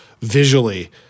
visually